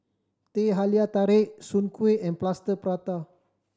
Teh Halia Tarik Soon Kueh and Plaster Prata